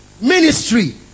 ministry